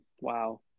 wow